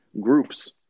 groups